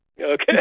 Okay